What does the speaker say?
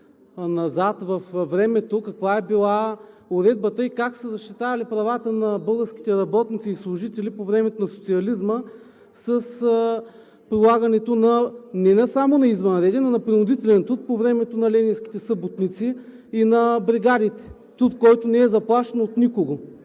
във времето каква е била уредбата и как са защитавали правата на българските работници и служители по времето на социализма с прилагането не само на извънреден, а на принудителен труд по времето на ленинските съботници и на бригадите. Труд, който не е заплащан от никого.